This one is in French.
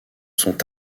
sont